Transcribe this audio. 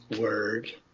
word